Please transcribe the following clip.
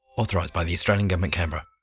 authorised by the australian government, canberra.